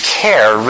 care